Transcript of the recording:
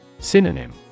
Synonym